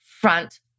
front